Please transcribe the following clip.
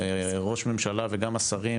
ראש ממשלה וגם השרים,